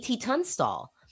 Tunstall